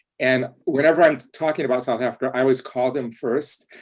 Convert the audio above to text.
and whenever i'm talking about south africa, i always call them first.